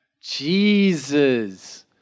Jesus